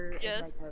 Yes